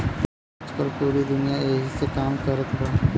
आजकल पूरी दुनिया ऐही से काम कारत बा